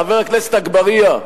חבר הכנסת אגבאריה,